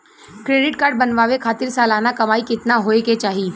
Credit card बनवावे खातिर सालाना कमाई कितना होए के चाही?